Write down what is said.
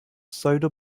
soda